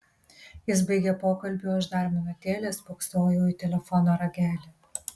jis baigė pokalbį o aš dar minutėlę spoksojau į telefono ragelį